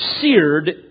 seared